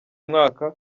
mwaka